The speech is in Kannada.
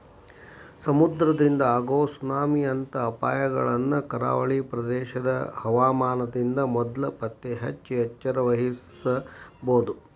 ಸಮುದ್ರದಿಂದ ಆಗೋ ಸುನಾಮಿ ಅಂತ ಅಪಾಯಗಳನ್ನ ಕರಾವಳಿ ಪ್ರದೇಶದ ಹವಾಮಾನದಿಂದ ಮೊದ್ಲ ಪತ್ತೆಹಚ್ಚಿ ಎಚ್ಚರವಹಿಸಬೊದು